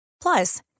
Plus